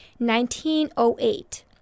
1908